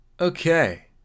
Okay